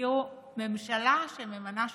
תראו, ממשלה שממנה שופטים,